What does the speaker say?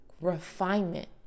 refinement